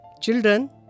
Children